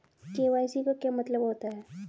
KYC का क्या मतलब होता है?